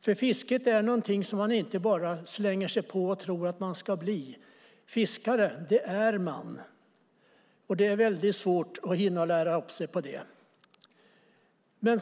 för fiskare är någonting som man inte bara kan slänga sig på och tro att man ska bli. Fiskare är man, och det är väldigt svårt att hinna lära upp sig för att bli det.